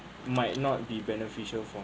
might not be beneficial for